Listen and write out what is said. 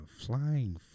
flying